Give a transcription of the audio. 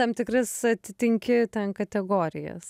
tam tikras atitinki ten kategorijas